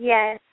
Yes